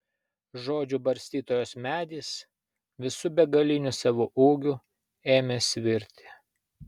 žodžių barstytojos medis visu begaliniu savo ūgiu ėmė svirti